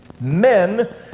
Men